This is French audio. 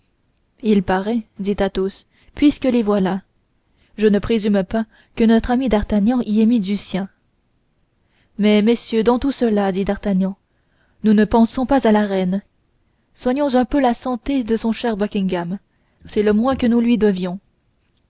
il paraît dit athos puisque les voilà je ne présume pas que notre ami d'artagnan y ait mis du sien mais messieurs dans tout cela dit d'artagnan nous ne pensons pas à la reine soignons un peu la santé de son cher buckingham c'est le moins que nous lui devions